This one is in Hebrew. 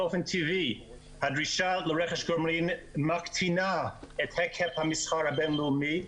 באופן טבעי הדרישה לרכש גומלין מקטינה את היקף המסחר הבין-לאומי,